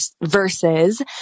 versus